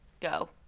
Go